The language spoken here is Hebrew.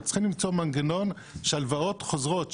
צריך למצוא מנגנון שהלוואות חוזרות.